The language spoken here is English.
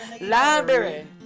Library